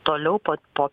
toliau po po